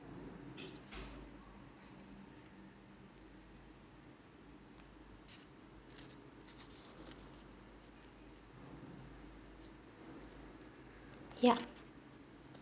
yup